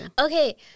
Okay